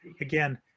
again